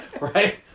right